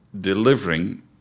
delivering